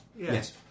Yes